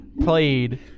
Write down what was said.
played